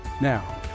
Now